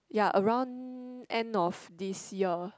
ya around end of this year